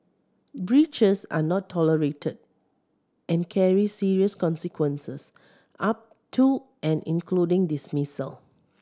breaches are not tolerated and carry serious consequences up to and including dismissal